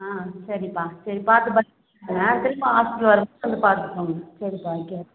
ஆ சரிப்பா சரி பார்த்து பத்திரமா இருங்கள் திரும்ப ஹாஸ்பிடல் வரும்போது வந்து பார்த்துக்கோங்க சரிப்பா வைக்கிறேன்